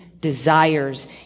desires